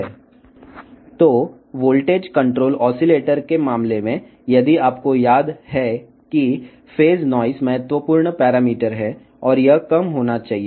కాబట్టి voltage control oscillator విషయంలో మీరు గుర్తుంచుకుంటే ఫేస్ నాయిస్ అత్యంత క్లిష్టమైన పరామితి మరియు ఇది అది తక్కువగా ఉండాలి